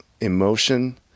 emotion